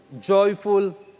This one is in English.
joyful